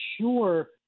sure